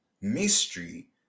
mystery